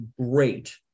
great